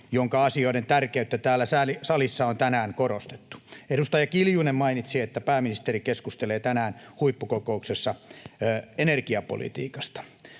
jonka asioiden tärkeyttä täällä salissa on tänään korostettu. Edustaja Kiljunen mainitsi, että pääministeri keskustelee tänään huippukokouksessa energiapolitiikasta.